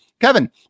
Kevin